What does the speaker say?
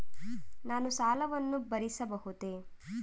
ನಾನು ಸಾಲವನ್ನು ಭರಿಸಬಹುದೇ?